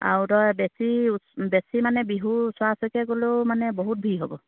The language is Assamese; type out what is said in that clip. আৰু তই বেছি বেছি মানে বিহু ওচৰা ওচৰিকে গ'লেও মানে বহুত ভিৰ হ'ব